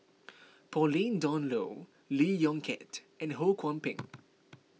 Pauline Dawn Loh Lee Yong Kiat and Ho Kwon Ping